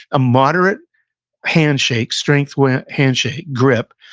a moderate handshake strength with handshake grip,